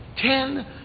Ten